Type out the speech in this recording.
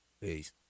Peace